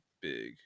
big